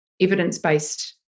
evidence-based